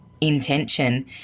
intention